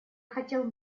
хотел